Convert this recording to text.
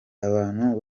abantu